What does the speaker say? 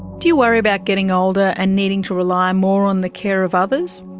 do you worry about getting older and needing to rely more on the care of others?